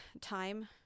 time